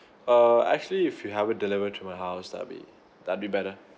err actually if you have it delivered to my house that would be that would be better